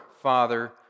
Father